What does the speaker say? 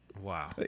Wow